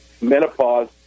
menopause